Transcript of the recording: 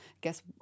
guess